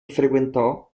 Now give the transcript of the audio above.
frequentò